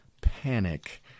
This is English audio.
panic